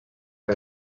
que